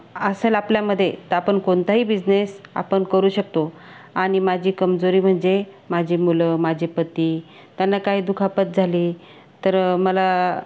असलं आपल्यामधे तर आपण कोणताही बिजनेस आपण करू शकतो आणि माझी कमजोरी म्हणजे माझी मुलं माझे पती त्यांना काय दुखापत झाली तर मला